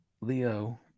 Leo